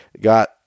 got